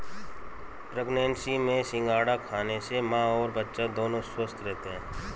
pregnancy में सिंघाड़ा खाने से मां और बच्चा दोनों स्वस्थ रहते है